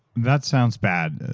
that sounds bad.